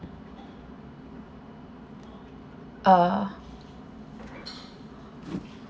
uh